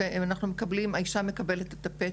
האישה מקבלת את הפתק,